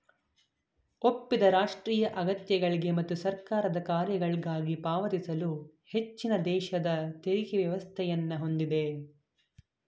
ಒಪ್ಪಿದ ರಾಷ್ಟ್ರೀಯ ಅಗತ್ಯಗಳ್ಗೆ ಮತ್ತು ಸರ್ಕಾರದ ಕಾರ್ಯಗಳ್ಗಾಗಿ ಪಾವತಿಸಲು ಹೆಚ್ಚಿನದೇಶದ ತೆರಿಗೆ ವ್ಯವಸ್ಥೆಯನ್ನ ಹೊಂದಿದೆ